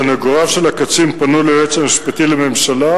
סניגוריו של הקצין פנו אל היועץ המשפטי לממשלה